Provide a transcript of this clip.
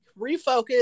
refocus